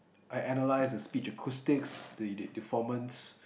I analysed the speech acoustics the the formants